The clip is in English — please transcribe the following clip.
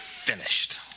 Finished